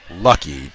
Lucky